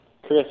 Chris